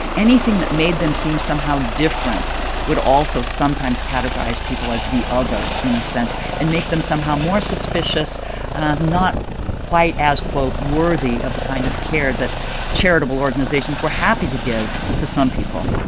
anything that made them seem somehow different would also sometimes categorize people as the other in a sense and make them somehow more suspicious not quite as, quote, worthy of the kind of care that charitable organizations were happy to give to some people